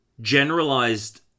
generalized